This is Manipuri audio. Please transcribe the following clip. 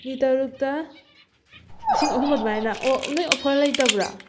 ꯃꯤ ꯇꯔꯨꯛꯇ ꯂꯤꯁꯤꯡ ꯑꯍꯨꯝ ꯑꯗꯨꯃꯥꯏꯅ ꯑꯣ ꯅꯣꯏ ꯑꯣꯐꯔ ꯂꯩꯇꯕ꯭ꯔꯣ